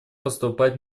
поступать